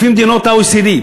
לפי מדינות ה-OECD,